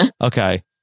Okay